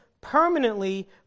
permanently